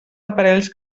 aparells